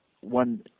one